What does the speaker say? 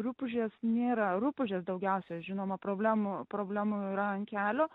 rupūžės nėra rupūžės daugiausia žinoma problemų problemų yra ant kelio